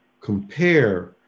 compare